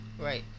Right